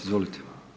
Izvolite.